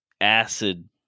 acid